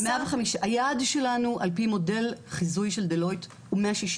היעד שלנו על פי מודל חיזוי של Delloite הוא 160,